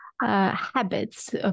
habits